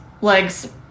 legs